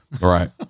Right